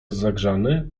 zagrzany